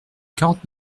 quarante